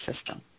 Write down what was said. system